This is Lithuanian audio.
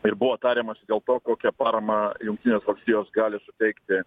ir buvo tariamasi dėl to kokią paramą jungtinės valstijos gali suteikti